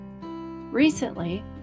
Recently